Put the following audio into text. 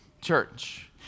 church